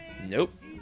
Nope